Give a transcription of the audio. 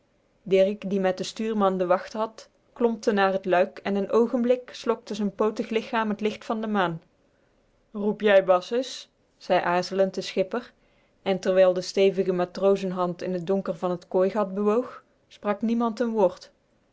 dirk die met den stuurman de wacht had klompte naar t luik en een oogenblik slokte z'n pootig lichaam t licht van de maan roep jij bas is zei aarzelend de schipper en terwijl de stevige matrozenhand in t donker van het kooigat bewoog sprak niemand n woord